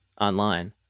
online